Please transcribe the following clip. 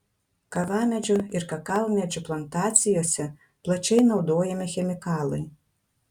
kavamedžių ir kakavmedžių plantacijose plačiai naudojami chemikalai